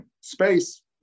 space